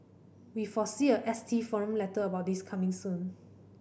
we foresee a S T forum letter about this coming soon